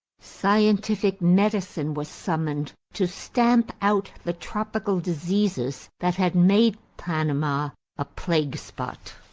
scientific medicine was summoned to stamp out the tropical diseases that had made panama a plague spot.